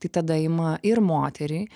tai tada ima ir moterį